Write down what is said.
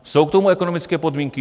Jsou k tomu ekonomické podmínky?